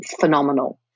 phenomenal